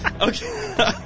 Okay